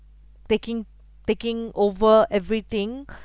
taking taking over everything